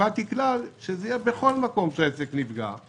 קבעתי כלל, שזה יהיה בכל מקום שהעסק נפגע.